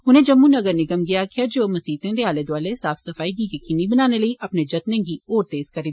उनें जम्मू नगर निगम गी आखेया जे ओ मसीतें दे आले दोआले साफ सफाई गी यकीनी बनाने लेई अपने जत्ने गी होर तेज करन